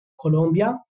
Colombia